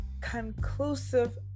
conclusive